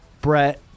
Brett